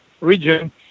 region